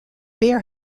bear